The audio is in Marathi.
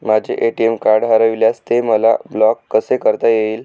माझे ए.टी.एम कार्ड हरविल्यास ते मला ब्लॉक कसे करता येईल?